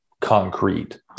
concrete